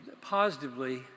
positively